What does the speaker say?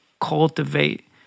cultivate